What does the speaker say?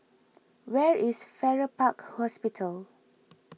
where is Farrer Park Hospital